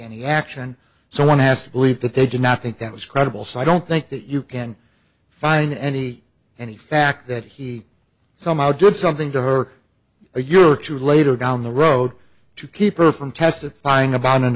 any action so one has to believe that they did not think that was credible so i don't think that you can find any any fact that he somehow did something to her a year or two later down the road to keep her from testifying about an